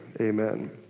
amen